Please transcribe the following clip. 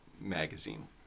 Magazine